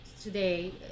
today